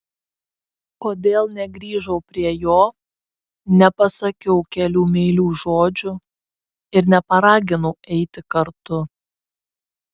kodėl negrįžau prie jo nepasakiau kelių meilių žodžių ir neparaginau eiti kartu